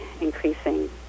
increasing